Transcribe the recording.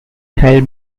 held